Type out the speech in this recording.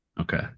okay